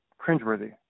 cringeworthy